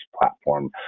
platform